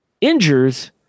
injures